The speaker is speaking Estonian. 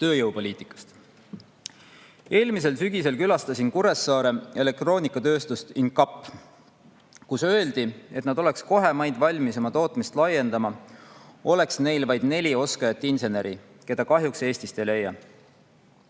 Tööjõupoliitikast. Eelmisel sügisel külastasin Kuressaare elektroonikatööstust Incap, kus öeldi, et nad oleks kohemaid valmis oma tootmist laiendama, kui neil oleks vaid nelja oskajat inseneri, keda kahjuks Eestist ei leia.